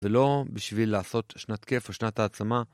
ולא... בשביל לעשות שנת כיף או שנת העצמה.